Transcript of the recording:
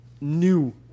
new